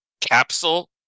capsule